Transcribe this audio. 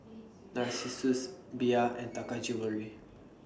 Narcissus Bia and Taka Jewelry